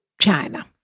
China